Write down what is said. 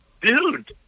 Dude